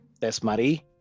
Desmarie